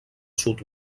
sud